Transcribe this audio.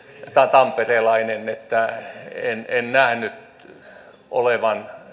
tamperelainen että en nähnyt olevan